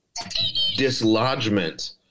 dislodgement